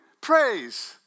praise